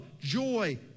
joy